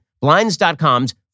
Blinds.com's